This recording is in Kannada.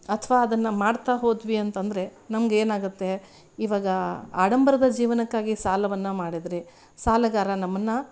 ಅಥವಾ ಅದನ್ನು ಮಾಡ್ತಾ ಹೋದ್ವಿ ಅಂತಂದ್ರೆ ನಮಗೆ ಏನಾಗುತ್ತೆ ಇವಾಗ ಆಡಂಬರದ ಜೀವನಕ್ಕಾಗಿ ಸಾಲವನ್ನು ಮಾಡಿದ್ರೆ ಸಾಲಗಾರ ನಮ್ಮನ್ನು